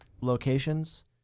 locations